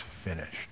finished